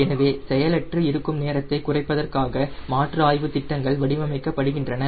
எனவே செயலற்று இருக்கும் நேரத்தை குறைப்பதற்காக மாற்று ஆய்வு திட்டங்கள் வடிவமைக்கப்படுகின்றன